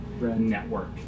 network